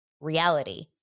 Reality